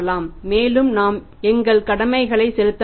மேலும் நாம் எங்கள் கடமைகளை செலுத்த முடியும்